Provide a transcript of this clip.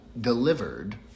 delivered